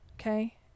okay